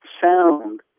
sound